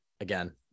again